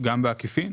גם בעקיפין,